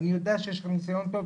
אני יודע שיש לך ניסיון טוב,